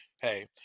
hey